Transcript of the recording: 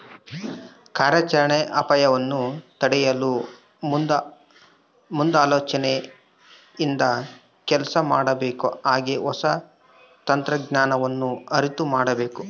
ಕಾರ್ಯಾಚರಣೆಯ ಅಪಾಯಗವನ್ನು ತಡೆಯಲು ಮುಂದಾಲೋಚನೆಯಿಂದ ಕೆಲಸ ಮಾಡಬೇಕು ಹಾಗೆ ಹೊಸ ತಂತ್ರಜ್ಞಾನವನ್ನು ಅರಿತು ಮಾಡಬೇಕು